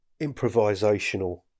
improvisational